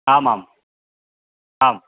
आमाम् आम्